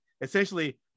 essentially